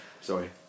Sorry